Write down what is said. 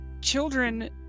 children